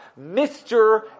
Mr